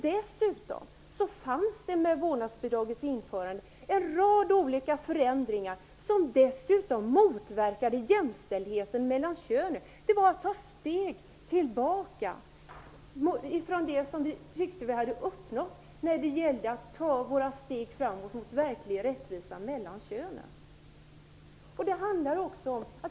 Dessutom innebar vårdnadsbidragets införande en rad olika förändringar som motverkade jämställdheten mellan könen. Det var att ta ett steg tillbaka ifrån det som vi hade uppnått när det gällde att ta några steg fram mot den verkliga rättvisan mellan könen.